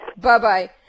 Bye-bye